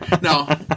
No